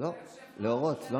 לא, לא נכון.